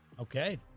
Okay